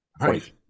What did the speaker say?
Right